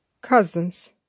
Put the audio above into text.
Cousins